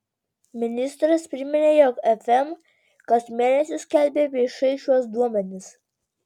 ministras priminė jog fm kas mėnesį skelbia viešai šiuos duomenis